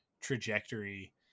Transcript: trajectory